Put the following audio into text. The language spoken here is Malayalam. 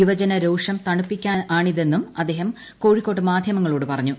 യുവജന രോഷം തണുപ്പിക്കാനാണിതെന്നും അദ്ദേഹം കോഴിക്കോട് മാധ്യമങ്ങളോട് പറഞ്ഞു